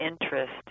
interest